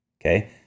Okay